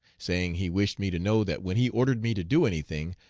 saying he wished me to know that when he ordered me to do anything,